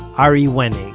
ari wenig.